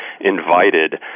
invited